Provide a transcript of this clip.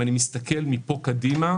אם אני מסתכל קדימה,